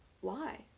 Why